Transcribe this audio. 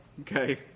Okay